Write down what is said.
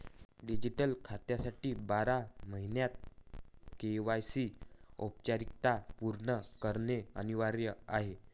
digital खात्यासाठी बारा महिन्यांत के.वाय.सी औपचारिकता पूर्ण करणे अनिवार्य आहे